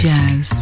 Jazz